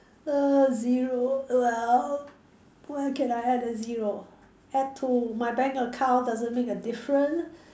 err zero well where can I add a zero add to my bank account doesn't make a different